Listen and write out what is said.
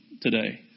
today